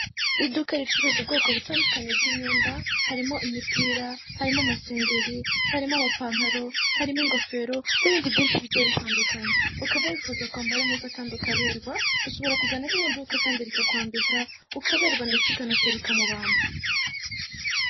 Iduka ricuruza ubwoko butandukanye bw'imyenda harimo imipira, harimo amasengeri, harimo amapantaro, harimo ingofero n'ibindi byinshi bigiye bitandukanye ukaba wifuza kwambara neza kandi ukaberwa ushobora kugana rino duka kandi rikakwambika ukaberwa ndetse ukanaseruka mu bantu.